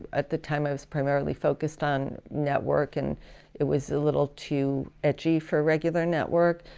at the time i was primarily focused on network and it was a little too edgy for regular network.